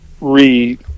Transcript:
read